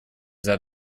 that